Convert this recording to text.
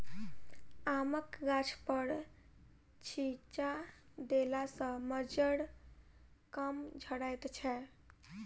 आमक गाछपर छिच्चा देला सॅ मज्जर कम झरैत छै